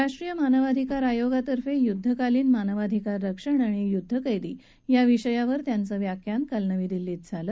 राष्ट्रीय मानवाधिकार आयोगातर्फे युद्धकालीन मानवाधिकार रक्षण आणि युद्ध कैदी या विषयावर त्यांचं व्याख्यान काल नवी दिल्लीत झालं